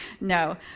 No